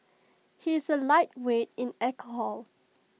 he is A lightweight in alcohol